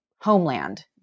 homeland